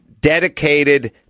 dedicated